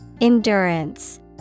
Endurance